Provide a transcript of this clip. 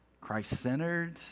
Christ-centered